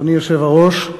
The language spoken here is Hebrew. אדוני היושב-ראש,